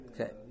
Okay